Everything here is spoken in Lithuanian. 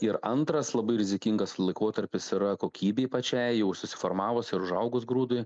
ir antras labai rizikingas laikotarpis yra kokybei pačiai jau susiformavus ir užaugus grūdui